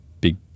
big